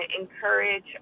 encourage